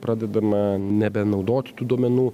pradedama nebenaudoti tų duomenų